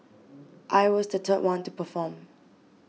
I was the third one to perform